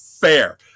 fair